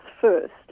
first